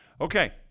Okay